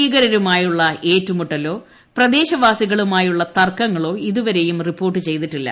ഭീകരരുമായുള്ള ഏറ്റുമുട്ടലോ പ്രദേശവാസികളുമായുള്ള തർക്കങ്ങളോ ഇതുവരെയും റിപ്പോർട്ട് ചെയ്തിട്ടില്ല